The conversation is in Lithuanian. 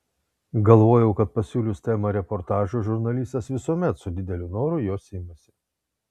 galvojau kad pasiūlius temą reportažui žurnalistas visuomet su dideliu noru jos imasi